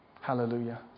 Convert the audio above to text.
Hallelujah